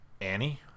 annie